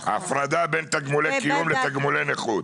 הפרדה בין תגמולי קיום לתגמולי נכות.